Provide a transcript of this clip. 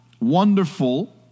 wonderful